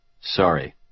Sorry